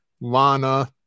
Lana